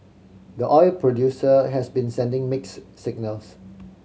the oil producer has been sending mixed signals